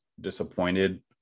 disappointed